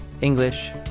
English